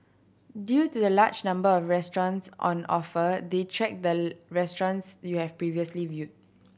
due to the large number of restaurants on offer they track the restaurants you have previously viewed